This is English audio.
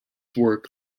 work